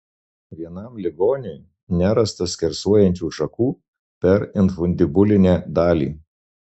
vienam ligoniui nerasta skersuojančių šakų per infundibulinę dalį